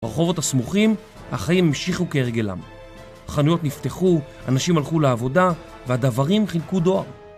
ברחובות הסמוכים, החיים המשיכו כהרגלם. חנויות נפתחו, אנשים הלכו לעבודה, והדוורים חילקו דואר.